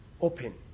open